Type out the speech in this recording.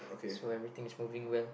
so everything is moving well